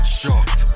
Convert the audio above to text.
shocked